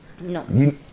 No